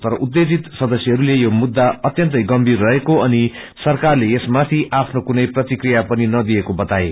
तर उत्तेजित सदस्यहरूले यो मुद्दा अत्यन्तै गभीर रहेको अनि सरकारले यसमाथि आफ्नो कुनै प्रतिक्रिया पनि नदिएको बताए